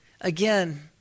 again